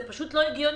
זה פשוט לא הגיוני.